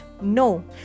no